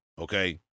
Okay